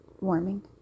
warming